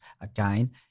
Again